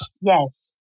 Yes